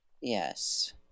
Yes